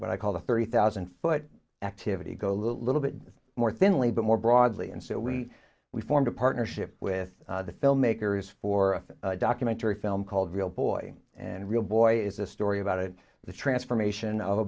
what i call the thirty thousand foot activity go a little bit more thinly but more broadly and so we we formed a partnership with the filmmakers for a documentary film called real boy and real boy is a story about it the transformation o